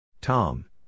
Tom